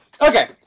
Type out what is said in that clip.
Okay